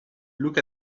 look